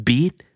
Beat